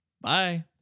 Bye